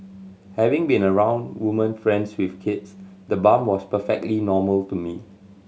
having been around woman friends with kids the bump was perfectly normal to me